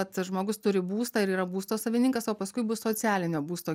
vad žmogus turi būstą ir yra būsto savininkas o paskui bus socialinio būsto